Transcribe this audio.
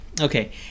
Okay